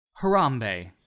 Harambe